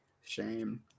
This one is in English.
Shame